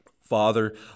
father